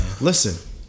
Listen